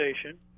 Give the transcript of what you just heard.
station